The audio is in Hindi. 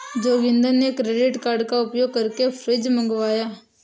जोगिंदर ने क्रेडिट कार्ड का उपयोग करके फ्रिज मंगवाया